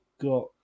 got